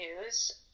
news